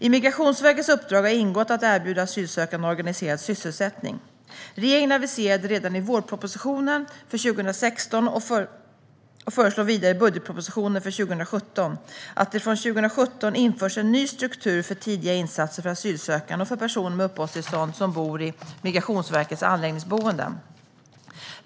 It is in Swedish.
I Migrationsverkets uppdrag har ingått att erbjuda asylsökande organiserad sysselsättning. Regeringen aviserade redan i vårpropositionen för 2016 och föreslår vidare i budgetproposition för 2017 att det från 2017 införs en ny struktur för tidiga insatser för asylsökande och för personer med uppehållstillstånd som bor i Migrationsverkets anläggningsboenden.